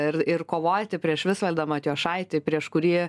ir ir kovoti prieš visvaldą matijošaitį prieš kurį